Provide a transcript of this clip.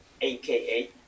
AKA